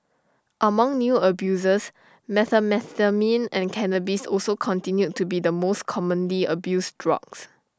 among new abusers methamphetamine and cannabis also continued to be the most commonly abused drugs